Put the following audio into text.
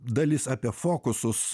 dalis apie fokusus